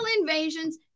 invasions